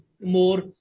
more